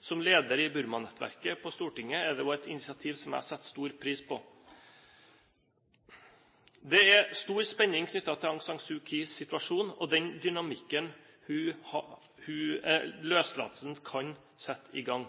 Som leder i Burma-nettverket på Stortinget er det også et initiativ som jeg setter stor pris på. Det er stor spenning knyttet til Aung San Suu Kyis situasjon og den dynamikken løslatelsen kan sette i gang.